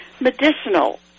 medicinal